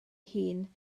hun